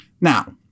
Now